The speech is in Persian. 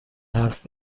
حرف